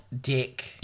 dick